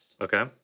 Okay